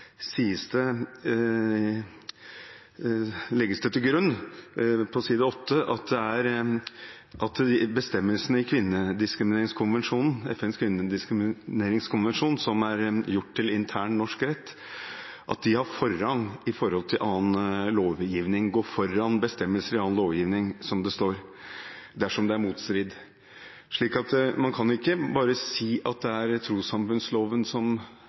legges det til grunn, på side 8, at det i bestemmelsene i FNs kvinnediskrimineringskonvensjon, som er gjort til intern norsk rett, heter at de har forrang foran annen lovgivning – skal «gå foran bestemmelser i annen lovgivning» – dersom det er motstrid. Man kan ikke bare si at man må forholde seg til trossamfunnsloven